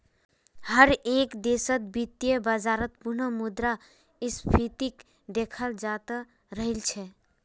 हर एक देशत वित्तीय बाजारत पुनः मुद्रा स्फीतीक देखाल जातअ राहिल छे